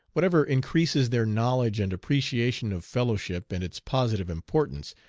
whatever increases their knowledge and appreciation of fellowship and its positive importance,